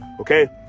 Okay